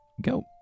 go